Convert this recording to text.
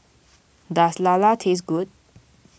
does Lala taste good